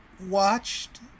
watched